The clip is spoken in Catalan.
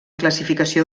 classificació